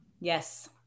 Yes